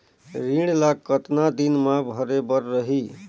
ऋण ला कतना दिन मा भरे बर रही?